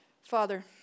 Father